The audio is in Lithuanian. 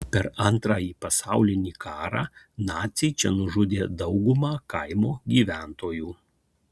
per antrąjį pasaulinį karą naciai čia nužudė daugumą kaimo gyventojų